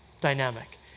dynamic